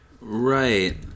Right